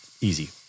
easy